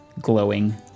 glowing